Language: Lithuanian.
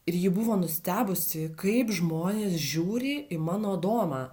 ir ji buvo nustebusi kaip žmonės žiūri į mano adomą